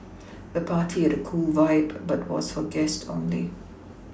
the party had a cool vibe but was for guest only